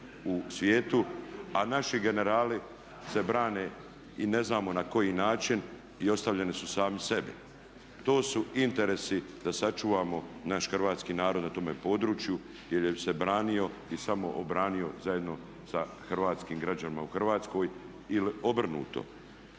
u svijetu a naši generali se brane i ne znamo na koji način i ostavljeni su sami sebi. To su interesi da sačuvamo naš hrvatski narod na tome području jer se branio i samo obranio zajedno sa hrvatskim građanima u Hrvatskoj ili obrnuto.